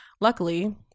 luckily